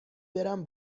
برم